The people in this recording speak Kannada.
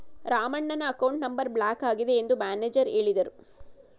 ರಾಮಣ್ಣನ ಅಕೌಂಟ್ ನಂಬರ್ ಬ್ಲಾಕ್ ಆಗಿದೆ ಎಂದು ಮ್ಯಾನೇಜರ್ ಹೇಳಿದರು